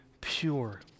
pure